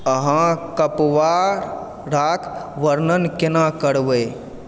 अहाँ कपवारराके वर्णन कोना करबै